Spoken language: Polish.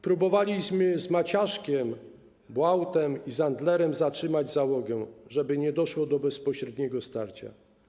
Próbowaliśmy z Maciaszkiem, Błautem i Zandlerem zatrzymać załogę, żeby nie doszło do bezpośredniego starcia.